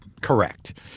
correct